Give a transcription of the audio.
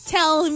Tell